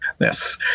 Yes